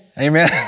Amen